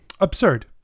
Absurd